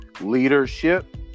leadership